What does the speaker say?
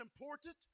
important